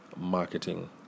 marketing